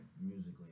musically